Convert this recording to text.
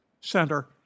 Center